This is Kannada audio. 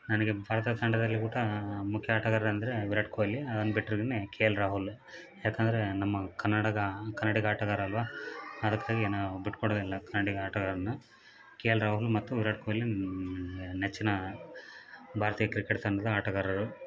ನನಗೆ ಭಾರತ ತಂಡದಲ್ಲಿ ಕೂಡ ಮುಖ್ಯ ಆಟಗಾರರೆಂದರೆ ವಿರಾಟ್ ಕೊಹ್ಲಿ ಅದನ್ನು ಬಿಟ್ಟರೆ ಇನ್ನು ಕೆ ಎಲ್ ರಾಹುಲ್ ಯಾಕಂದರೆ ನಮ್ಮ ಕನ್ನಡದ ಕನ್ನಡಿಗ ಆಟಗಾರ ಅಲ್ವ ಅದಕ್ಕಾಗಿ ನಾವು ಬಿಟ್ಕೊಡೋದಿಲ್ಲ ಕನ್ನಡಿಗ ಆಟಗಾರರನ್ನು ಕೆ ಎಲ್ ರಾಹುಲ್ ಮತ್ತು ವಿರಾಟ್ ಕೊಹ್ಲಿ ನನ್ನ ನೆಚ್ಚಿನ ಭಾರತೀಯ ಕ್ರಿಕೆಟ್ ತಂಡದ ಆಟಗಾರರು